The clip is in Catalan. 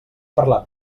parlat